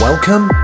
Welcome